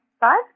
five